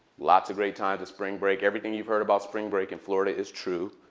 lots of great times spring break. everything you've heard about spring break in florida is true.